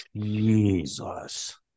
Jesus